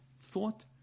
thought